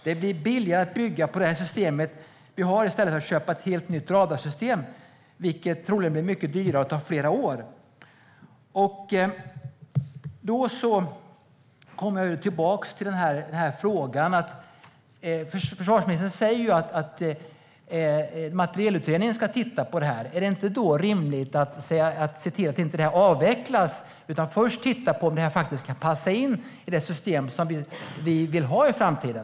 Det blir billigare att bygga på det system vi har i stället för att köpa ett helt nytt radarsystem, vilket troligen blir mycket dyrare och tar flera år. Då kommer jag tillbaka till frågan. Försvarsministern säger att materielutredningen ska titta på det här. Är det inte rimligt att se till att det här inte avvecklas utan att man först tittar på om detta kan passa in i det system som vi vill ha i framtiden?